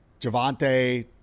Javante